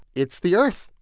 it's the earth.